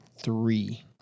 three